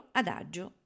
adagio